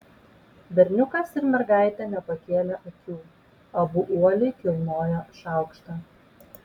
berniukas ir mergaitė nepakėlė akių abu uoliai kilnojo šaukštą